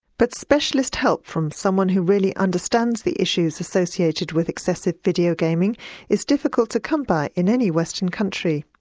but specialist help from someone who really understands the issues associated with excessive video gaming is difficult to come by in any western country.